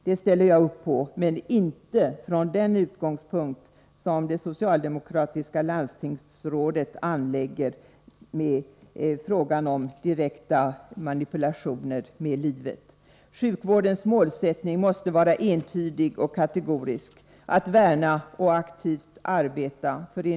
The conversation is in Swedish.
Det ställer jag upp på, men inte från den utgångspunkt som det socialdemokratiska landstingsrådet anlägger med frågan om direkta manipulationer med livet. Sjukvårdens målsättning måste liv.